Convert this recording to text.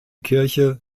kirche